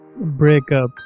breakups